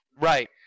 Right